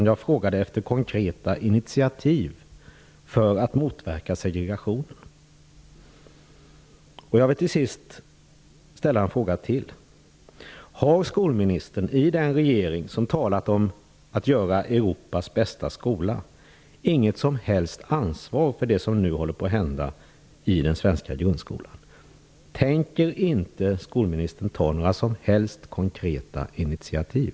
Jag frågade efter konkreta initiativ för att motverka segregationen. Och jag vill till sist ställa ett par frågor till: Har skolministern i den regering som talat om att skapa Europas bästa skola inget som helst ansvar för det som nu håller på att hända i den svenska grundskolan? Tänker inte skolministern ta några som helst konkreta initiativ?